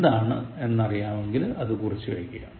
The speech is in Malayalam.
എന്താണ് എന്നറിയാമെങ്കിൽ അത് കുറിച്ചുവെക്കുക